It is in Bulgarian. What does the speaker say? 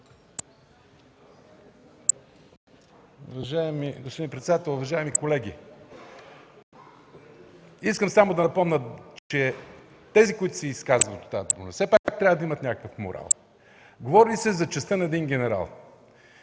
господин председател, уважаеми колеги! Искам само да напомня, че тези, които се изказват от тази трибуна, все пак трябва да имат някакъв морал. Говори се за честта на един генерал.